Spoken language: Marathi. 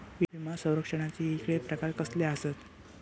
विमा सौरक्षणाचे येगयेगळे प्रकार कसले आसत?